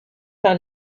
par